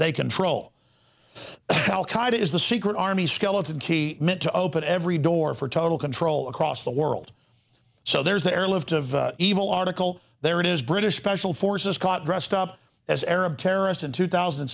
they control is the secret army skeleton key meant to open every door for total control across the world so there's the airlift of evil article there it is british special forces caught dressed up as arab terrorists in two thousand